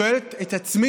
שואל את עצמי,